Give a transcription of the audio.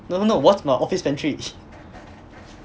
no no no wash my office pantry